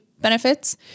benefits